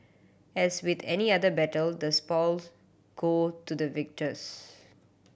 as with any other battle the spoils go to the victors